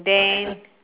then